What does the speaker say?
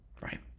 right